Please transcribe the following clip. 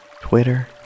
Twitter